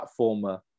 platformer